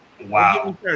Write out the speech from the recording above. Wow